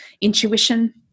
intuition